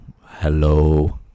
hello